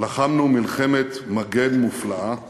לחמנו מלחמת מגן מופלאה